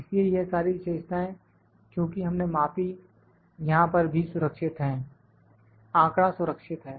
इसलिए यह सारी विशेषताएँ क्योंकि हमने मापी यहां पर भी सुरक्षित है आंकड़ा सुरक्षित है